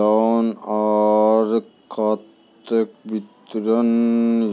loan आर खाताक विवरण